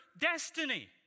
destiny